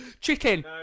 Chicken